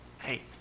Hey